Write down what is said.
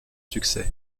succès